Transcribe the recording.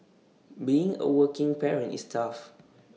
being A working parent is tough